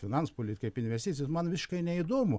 finansų politikai apie investicijas man viškai neįdomu